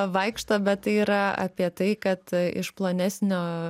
vaikšto bet tai yra apie tai kad iš plonesnio